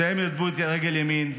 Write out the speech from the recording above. שניהם איבדו את רגל ימין,